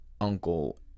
uncle